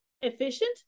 efficient